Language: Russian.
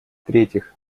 третьих